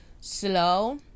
slow